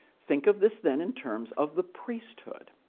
think of this then in terms of the priesthood.